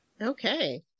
Okay